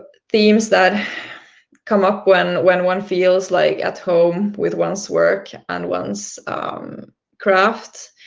themes that come up when when one feels like at home with one's work, and one's craft,